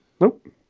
Nope